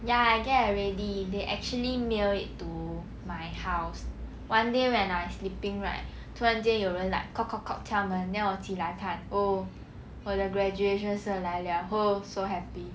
ya I get already they actually mail it to my house one day when I sleeping right 突然间有人 like knock knock knock 窍门 then 我起来看 oh 我的 graduation cert 来了 oh so happy